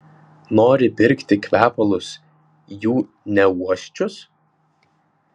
nori pirkti kvepalus jų neuosčius